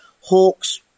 Hawks